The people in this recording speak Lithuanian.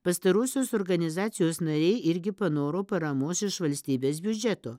pastarosios organizacijos nariai irgi panoro paramos iš valstybės biudžeto